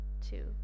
two